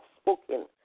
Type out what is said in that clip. spoken